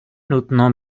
nutno